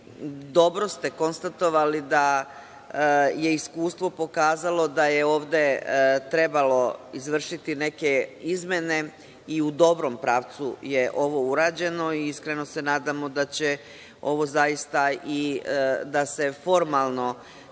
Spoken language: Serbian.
dobro ste konstatovali da je iskustvo pokazalo da je ovde trebalo izvršiti neke izmene i u dobrom pravcu je ovo urađeno, i iskreno se nadamo da će ovo zaista i da se formalno